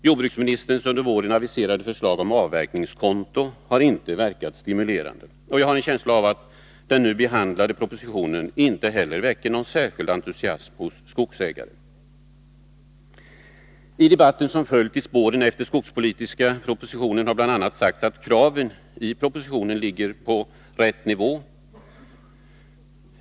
Jordbruksministerns under våren aviserade förslag om avverkningskonto har inte verkat stimulerande. Jag har en känsla av att den nu behandlade propositionen inte heller väcker någon särskild entusiasm hos skogsägare. I debatten som följt i spåren av den skogspolitiska propositionen har bl.a. sagts att kraven i propositionen ligger på rätt nivå.